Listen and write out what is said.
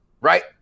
Right